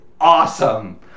awesome